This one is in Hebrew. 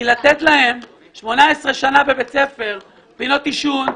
כי לתת להם 18 שנה בבית ספר פינות עישון,